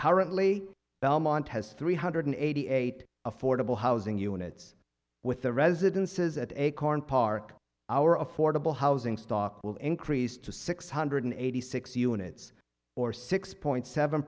currently belmont has three hundred eighty eight affordable housing units with the residences at acorn park our affordable housing stock will increase to six hundred eighty six units or six point seven